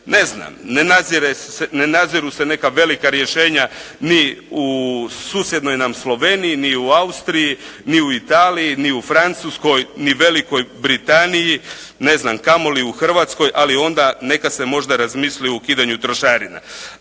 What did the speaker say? Ne znam. Ne naziru se neka velika rješenja ni u susjednoj nam Sloveniji, ni u Austriji, ni u Italiji, ni u Francuskoj, ni Velikoj Britaniji, a kamoli u Hrvatskoj, ali onda neka se možda razmisli o ukidanju trošarina.